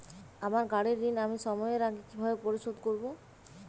আমার গাড়ির ঋণ আমি সময়ের আগে কিভাবে পরিশোধ করবো?